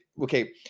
okay